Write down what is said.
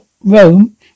Rome